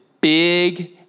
big